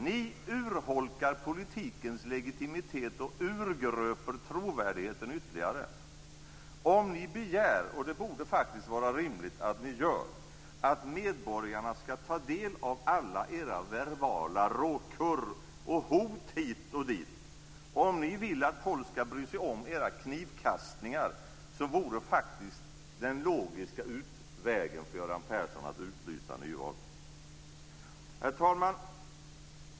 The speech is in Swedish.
Ni urholkar politikens legitimitet och urgröper trovärdigheten ytterligare. Om ni begär - och det borde faktiskt vara rimligt att ni gör - att medborgarna skall ta del av alla era verbala råkurr och hot hit och dit, och om ni vill att folk skall bry sig om era knivkastningar, så vore faktiskt den logiska utvägen för Göran Persson att utlysa nyval. Herr talman!